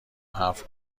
حرف